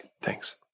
Thanks